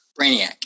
Brainiac